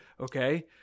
Okay